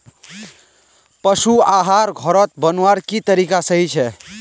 पशु आहार घोरोत बनवार की तरीका सही छे?